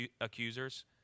accusers